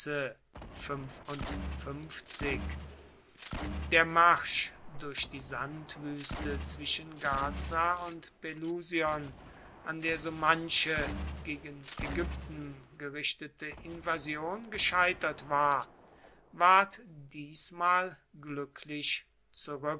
der marsch durch die sandwüste zwischen gaza und pelusion an der so manche gegen ägypten gerichtete invasion gescheitert war ward diesmal glücklich